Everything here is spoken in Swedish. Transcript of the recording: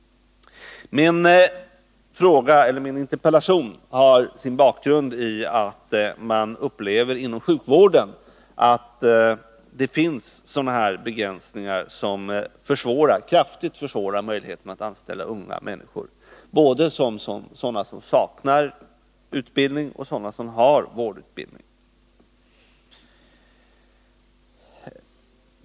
Min interpellation har sin bakgrund i att man inom sjukvården upplever att det finns begränsningar som kraftigt försvårar möjligheterna att anställa unga människor, både sådana som saknar utbildning och sådana som har vårdutbildning.